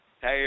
Hey